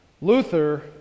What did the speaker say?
Luther